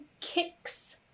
kicks